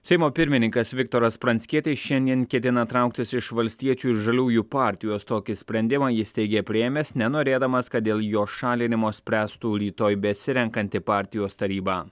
seimo pirmininkas viktoras pranckietis šiandien ketina trauktis iš valstiečių ir žaliųjų partijos tokį sprendimą jis teigė priėmęs nenorėdamas kad dėl jo šalinimo spręstų rytoj besirenkanti partijos taryba